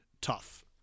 tough